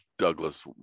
Douglas